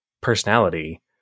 personality